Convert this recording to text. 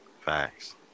Facts